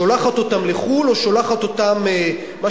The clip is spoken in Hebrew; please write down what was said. שולחת אותם לחו"ל,